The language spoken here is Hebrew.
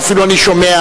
ואפילו אני שומע.